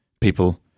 people